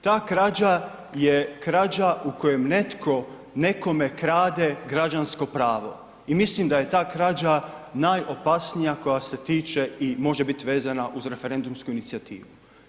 Ta krađa je krađa u kojoj netko nekome krade građansko pravo i mislim da je ta krađa najopasnija koja se tiče i može bit vezana uz referendumsku inicijativu.